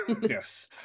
Yes